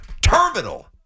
terminal